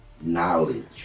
knowledge